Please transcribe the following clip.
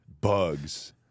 bugs